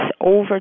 over